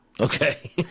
Okay